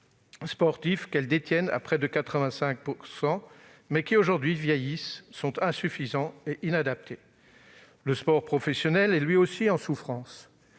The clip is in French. sportifs qu'elles détiennent à près de 85 %, mais qui, aujourd'hui, vieillissent et sont insuffisants et inadaptés. Le sport professionnel est lui aussi en souffrance.